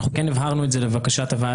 אנחנו כן הבהרנו את זה לבקשת הוועדה,